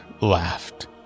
laughed